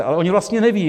Ale oni vlastně nevědí.